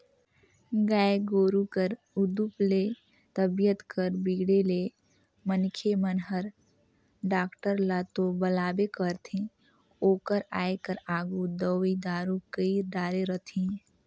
गाय गोरु कर उदुप ले तबीयत कर बिगड़े ले मनखे मन हर डॉक्टर ल तो बलाबे करथे ओकर आये कर आघु दवई दारू कईर डारे रथें